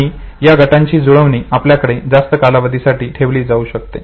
आणि या गटांची जुळवणी आपल्याकडे जास्त कालावधीसाठी ठेवली जाऊ शकते